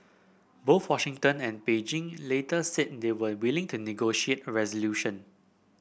both Washington and Beijing later said they were willing to negotiate a resolution